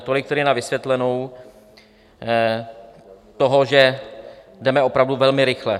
Tolik tedy na vysvětlenou toho, že jdeme opravdu velmi rychle.